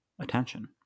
attention